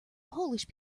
polish